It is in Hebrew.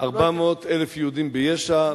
400,000 יהודים ביש"ע.